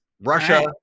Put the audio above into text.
russia